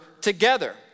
together